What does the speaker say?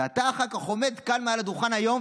ואתה אחר כך עומד כאן מעל הדוכן היום,